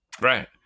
right